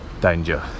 danger